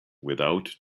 without